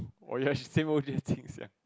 oh ya same old